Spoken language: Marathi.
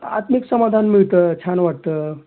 आत्मिक समाधान मिळतं छान वाटतं